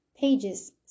Pages